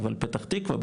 פתח תקווה,